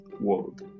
world